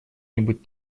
нибудь